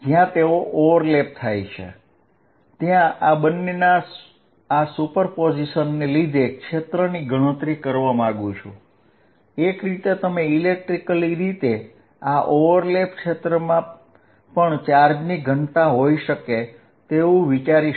જ્યાં તેઓ એકબીજા ઢંકાઇ જાય છે ત્યાં હું આ બંનેના સંપાતીકરણ ને લીધે ક્ષેત્રની ગણતરી કરવા માંગું છું તેથી એક રીતે આપણે એક પોલા પ્રદેશમાં ઇલેક્ટ્રિક ફિલ્ડની ગણતરી પણ કરી રહ્યા છીએ આ એક હોલો પ્રદેશ છે જ્યારે એક તરફનો ચાર્જ પોઝિટિવ હોય છે અને બીજી બાજુ ચાર્જ નેગેટીવ હોય છે આ બંને કેન્દ્રો કેટલાક અંતર a દ્વારા વિસ્થાપિત થાય છે